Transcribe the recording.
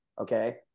okay